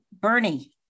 Bernie